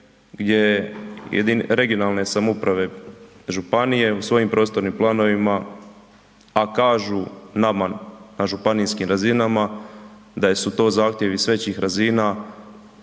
gdje regionalne samouprave, županije, u svojim prostornim planovima, a kažu naman na županijskim razinama da su to zahtjevi s većih razina,